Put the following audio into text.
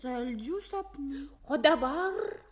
saldžių sapnų o dabar